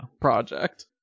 project